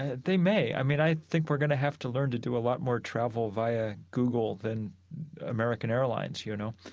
they may. i mean, i think we're going to have to learn to do a lot more travel via google than american airlines, you know?